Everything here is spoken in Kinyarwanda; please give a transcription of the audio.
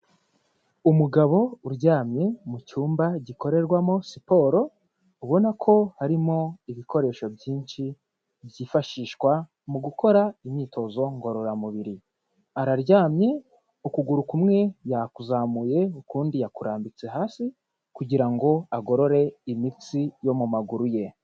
Umugabo uryamye mu cyumba gikorerwamo siporo, ubona ko harimo ibikoresho byinshi byifashishwa mu gukora imyitozo ngororamubiri, araryamye, ukuguru kumwe yakuzamuye, ukundi yakurambitse hasi kugira ngo agorore imitsi yo mu maguru ye.